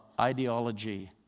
ideology